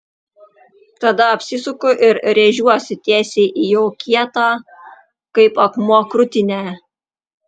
tada apsisuku ir rėžiuosi tiesiai į jo kietą kaip akmuo krūtinę